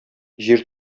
җир